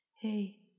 Hey